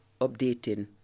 updating